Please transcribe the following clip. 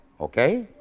Okay